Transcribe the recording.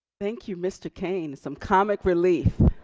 thank you mr. kane. some comic relief.